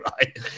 right